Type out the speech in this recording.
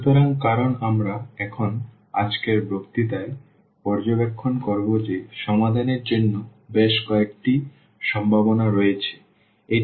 সুতরাং কারণ আমরা এখন আজকের বক্তৃতায় পর্যবেক্ষণ করব যে সমাধানের জন্য বেশ কয়েকটি সম্ভাবনা রয়েছে